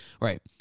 right